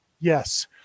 Yes